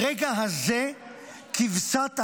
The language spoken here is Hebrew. ברגע הזה כבשת הרש,